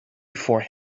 before